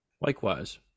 Likewise